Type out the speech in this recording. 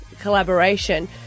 collaboration